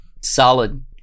Solid